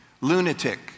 Lunatic